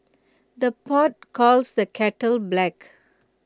the pot calls the kettle black